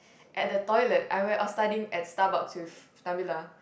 at the toilet I where I was studying at Starbucks with Nabilah